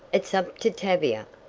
it's up to tavia!